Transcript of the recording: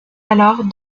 alors